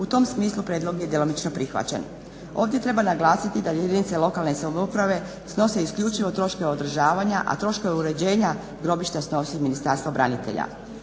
U tom smislu prijedlog je djelomično prihvaćen. Ovdje treba naglasiti da jedinice lokalne samouprave snose isključivo troškove održavanja, a troškove uređenja grobišta snosi Ministarstvo branitelja.